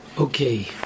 Okay